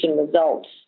results